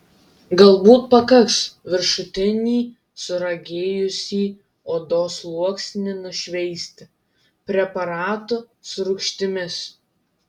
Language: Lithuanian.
galbūt pakaks viršutinį suragėjusį odos sluoksnį nušveisti preparatu su rūgštimis